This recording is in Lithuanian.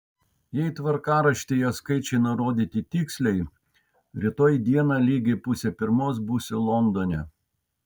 jei tvarkaraštyje skaičiai nurodyti tiksliai rytoj dieną lygiai pusę pirmos būsiu londone